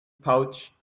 pouch